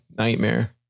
nightmare